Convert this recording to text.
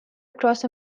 across